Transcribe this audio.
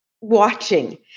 watching